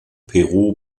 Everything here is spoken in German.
peru